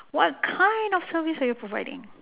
what kind of service are you providing